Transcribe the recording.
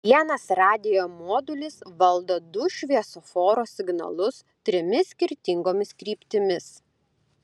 vienas radijo modulis valdo du šviesoforo signalus trimis skirtingomis kryptimis